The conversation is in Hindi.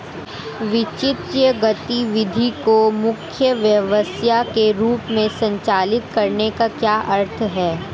वित्तीय गतिविधि को मुख्य व्यवसाय के रूप में संचालित करने का क्या अर्थ है?